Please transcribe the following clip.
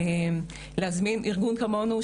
להזמין ארגון כמונו,